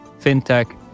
fintech